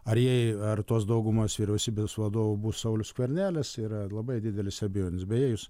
ar jai ar tos daugumos vyriausybės vadovu bus saulius skvernelis yra labai didelės abejonės beje jūs